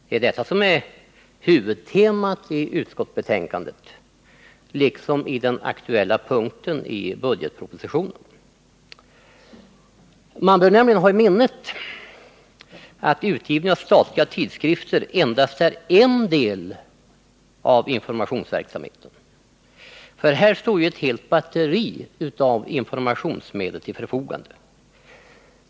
Det är detta som är huvudtemat i utskottsbetänkandet liksom vid den aktuella punkten i budgetpropositionen. Man bör nämligen ha i minnet att utgivning av statliga tidskrifter endast är en del av informationsverksamheten. Här står ju ett helt batteri av informationsmedel till förfogande.